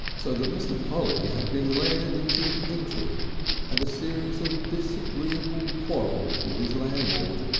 so that mr. polly had been led into hatred and a series of disagreeable quarrels with his landlord,